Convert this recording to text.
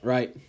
Right